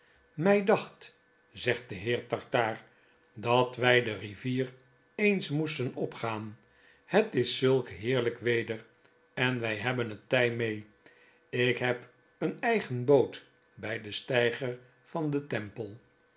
my dacht zegt de heer tartaar dat wy de rivier eens moesten opgaan het is zulk heerlyk weder en wij hebben het ty mee ik heb een eigen boot by den steiger van den temple